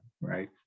Right